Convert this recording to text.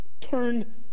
turn